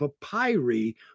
papyri